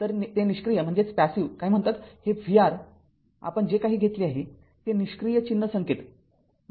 तरते निष्क्रिय काय म्हणतात हे vR आपण जे काही घेतले आहे ते निष्क्रिय चिन्ह संकेत घेतले आहे